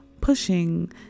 pushing